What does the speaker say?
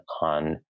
on